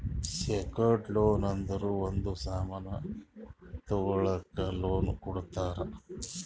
secured loan ಅಂದುರ್ ಒಂದ್ ಸಾಮನ್ ತಗೊಳಕ್ ಲೋನ್ ಕೊಡ್ತಾರ